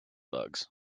bugs